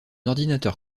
ordinateur